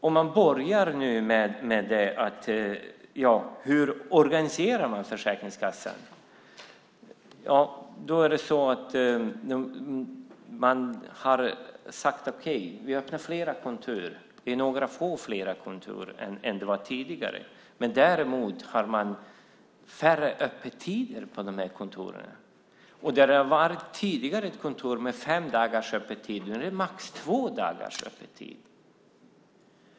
Om man börjar med hur Försäkringskassan organiseras har man sagt: Okej, vi öppnar fler kontor. Det är några få kontor fler än tidigare. Däremot har man kortare öppettider på dessa kontor. Där det tidigare har varit öppet fem dagar i veckan är det nu öppet max två dagar.